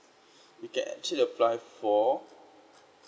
you can actually apply for